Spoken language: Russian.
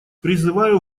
призываю